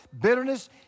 Bitterness